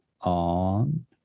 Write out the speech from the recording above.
on